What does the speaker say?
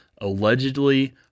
allegedly